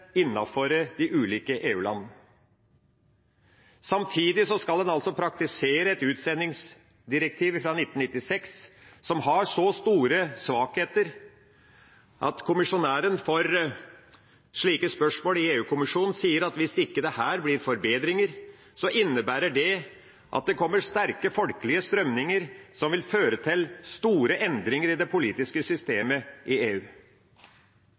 Samtidig skal en praktisere et utsendingsdirektiv fra 1996 som har så store svakheter at kommisjonæren for slike spørsmål i EU-kommisjonen sier at hvis det ikke kommer forbedringer her, innebærer det at det kommer sterke folkelige strømninger som vil føre til store endringer i det politiske systemet i EU.